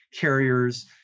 carriers